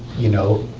you know,